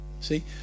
See